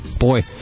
Boy